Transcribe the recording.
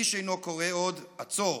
איש אינו קורא עוד: / עצור!